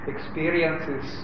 Experiences